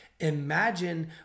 Imagine